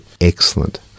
Excellent